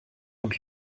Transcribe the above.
und